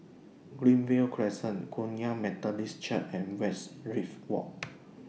Greenview Crescent Kum Yan Methodist Church and Westridge Walk